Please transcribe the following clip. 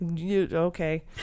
Okay